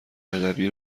ادبی